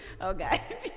Okay